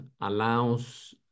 allows